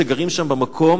שגרים שם במקום,